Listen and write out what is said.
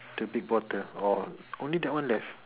the big bottle orh only that one left